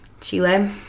Chile